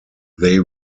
they